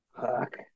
Fuck